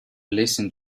listen